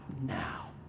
now